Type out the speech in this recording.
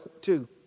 two